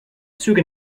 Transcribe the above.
züge